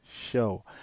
show